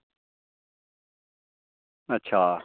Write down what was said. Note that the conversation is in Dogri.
अच्छा